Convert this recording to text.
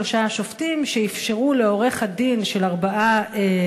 שלושת השופטים שאפשרו לעורך-דין של ארבעה